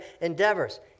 endeavors